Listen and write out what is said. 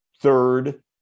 Third